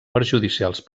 perjudicials